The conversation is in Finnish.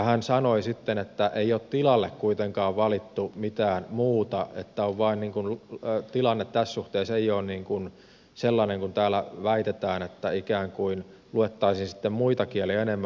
hän sanoi sitten että ei ole tilalle kuitenkaan valittu mitään muuta että tilanne tässä suhteessa ei ole sellainen kuin täällä väitetään että ikään kuin luettaisiin sitten muita kieliä enemmän